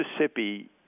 Mississippi